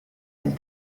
del